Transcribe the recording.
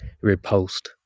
repulsed